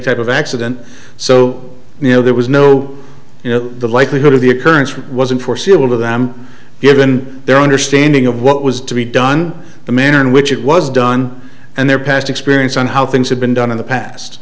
type of accident so you know there was no you know the likelihood of the occurrence for it wasn't foreseeable to them given their understanding of what was to be done the manner in which it was done and their past experience on how things have been done in the past